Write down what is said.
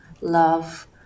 love